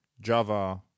Java